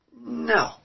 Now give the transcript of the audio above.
No